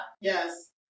Yes